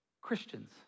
Christians